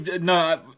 No